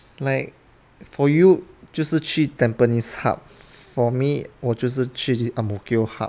like for you 就是去 tampines hub for me 我就是去 ang mo kio hub